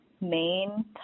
main